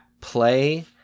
play